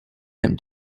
him